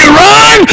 run